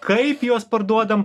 kaip juos parduodam